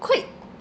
quite